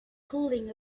cooling